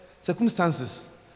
circumstances